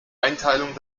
einteilung